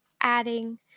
adding